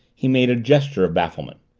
he made a gesture of bafflement.